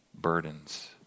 burdens